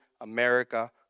America